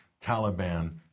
Taliban